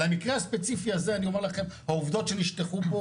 למקרה הספציפי הזה אני אומר לכם העובדות שנשטחו פה